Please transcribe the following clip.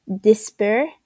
despair